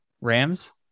rams